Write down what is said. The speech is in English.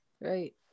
right